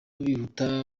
bihuta